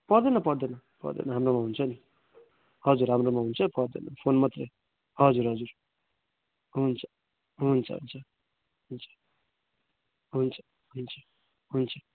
पर्दैन पर्दैन पर्दैन हाम्रोमा हुन्छ नि हजुर हाम्रोमा हुन्छ पर्दैन फोन मात्रै हजुर हजुर हुन्छ हुन्छ हुन्छ हुन्छ हुन्छ हुन्छ हुन्छ